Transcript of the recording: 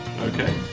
Okay